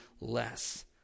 less